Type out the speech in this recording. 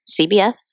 CBS